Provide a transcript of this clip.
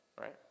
right